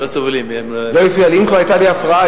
אם כבר היתה לי הפרעה,